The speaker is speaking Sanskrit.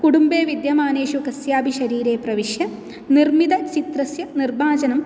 कुटुम्बे विद्यमानेषु कस्यापि शरीरे प्रविश्य निर्मितचित्रस्य निर्माजनं